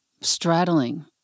straddling